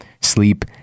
Sleep